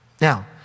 Now